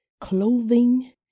clothing